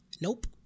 nope